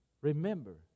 Remember